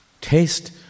taste